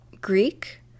Greek